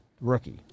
rookie